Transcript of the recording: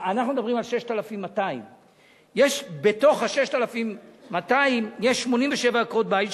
אנחנו מדברים על 6,200. יש בתוך ה-6,200 87 עקרות-בית,